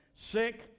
sick